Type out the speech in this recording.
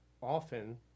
often